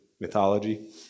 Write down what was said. mythology